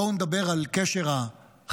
בואו נדבר על קשר החיים.